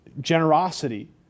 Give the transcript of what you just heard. generosity